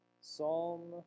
Psalm